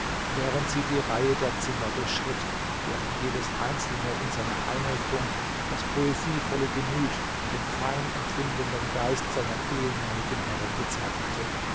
während sie die reihe der zimmer durchschritt deren jedes einzelne in seiner einrichtung das poesievolle gemüt den feinempfindenden geist seiner ehemaligen herrin bezeichnete